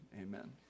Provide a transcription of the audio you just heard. Amen